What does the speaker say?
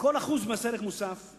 במקום להטיל מע"מ על פירות